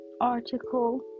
article